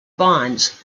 bonds